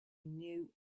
knew